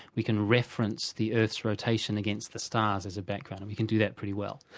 we can reference the earth's rotation against the stars as a background and we can do that pretty well.